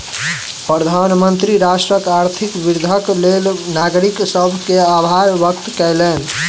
प्रधानमंत्री राष्ट्रक आर्थिक वृद्धिक लेल नागरिक सभ के आभार व्यक्त कयलैन